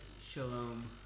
Shalom